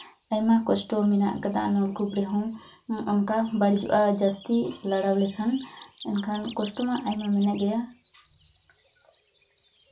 ᱟᱭᱢᱟ ᱠᱚᱥᱴᱚ ᱢᱮᱱᱟᱜ ᱠᱟᱫᱟ ᱱᱚᱞᱠᱩᱯ ᱨᱮᱦᱚᱸ ᱚᱱᱠᱟ ᱵᱟᱹᱲᱤᱡᱚᱜᱼᱟ ᱡᱟᱹᱥᱛᱤ ᱞᱟᱲᱟᱣ ᱞᱮᱠᱷᱟᱱ ᱮᱱᱠᱷᱟᱱ ᱠᱚᱥᱴᱚ ᱢᱟ ᱟᱭᱢᱟ ᱢᱮᱱᱟᱜ ᱜᱮᱭᱟ